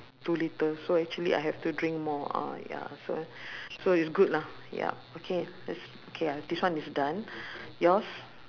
two litre so actually I have to drink more uh ya so so it's good lah yup okay let's okay this one is done yours